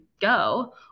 go